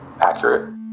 accurate